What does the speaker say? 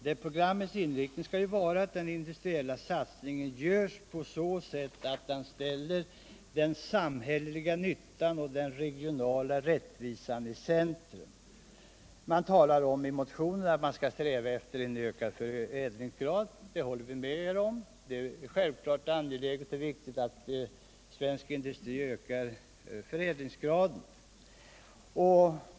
Detta skall få sådan inriktning att den industriella satsningen ställer den samhälleliga nyttan och den regionala rättvisan i centrum. I motionen talas om att man skall sträva efter en ökad förädlingsgrad. Vi håller med om detta. Det är självklart angeläget och viktigt att svensk industri får ökad förädlingsgrad.